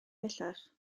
pellach